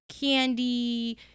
candy